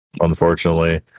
unfortunately